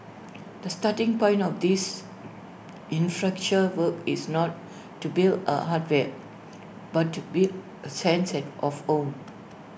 the starting point of these infracture work is not to build A hardware but to build A senses of home